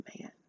man